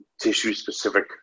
tissue-specific